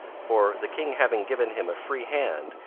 for, the king having given him a free hand,